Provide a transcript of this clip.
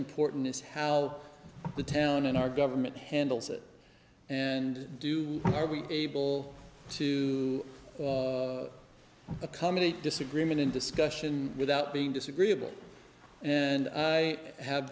important is how the town and our government handles it and do are we able to accommodate disagreement and discussion without being disagreeable and i have